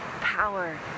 power